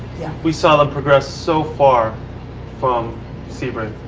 we saw them progress so far from sebring.